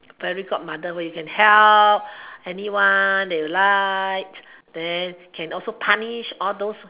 fairy godmother where you can help anyone that you like then can also punish all those